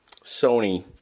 Sony